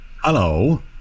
Hello